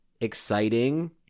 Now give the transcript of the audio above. exciting